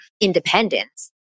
independence